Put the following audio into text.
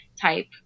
type